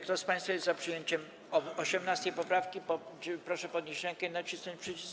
Kto z państwa jest za przyjęciem 17. poprawki, proszę podnieść rękę i nacisnąć przycisk.